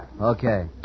Okay